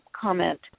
comment